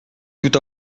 tout